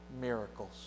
miracles